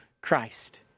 Christ